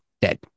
dead